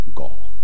gall